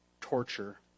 torture